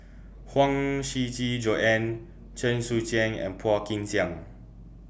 Huang Shiqi Joan Chen Sucheng and Phua Kin Siang